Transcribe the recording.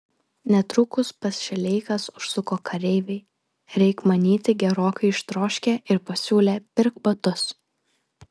netrukus pas šileikas užsuko kareiviai reik manyti gerokai ištroškę ir pasiūlė pirk batus